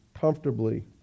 comfortably